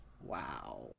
Wow